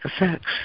effects